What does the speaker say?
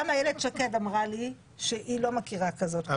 גם איילת שקד אמרה לי שהיא לא מכירה כזאת קומבינה,